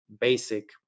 basic